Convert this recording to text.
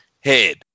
head